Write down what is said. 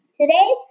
Today